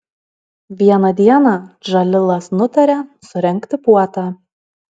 vieną dieną džalilas nutarė surengti puotą